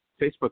Facebook